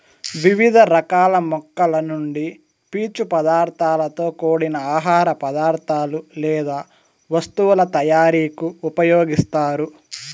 వివిధ రకాల మొక్కల నుండి పీచు పదార్థాలతో కూడిన ఆహార పదార్థాలు లేదా వస్తువుల తయారీకు ఉపయోగిస్తారు